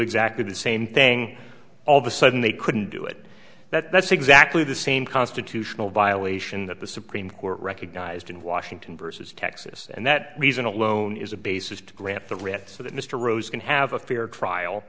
exactly the same thing all the sudden they couldn't do it that's exactly the same constitutional violation that the supreme court recognized in washington versus texas and that reason alone is a basis to grant the read so that mr rose can have a fair trial